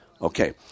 Okay